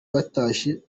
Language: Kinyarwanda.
batashye